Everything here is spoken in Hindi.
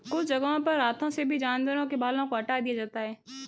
कुछ जगहों पर हाथों से भी जानवरों के बालों को हटा दिया जाता है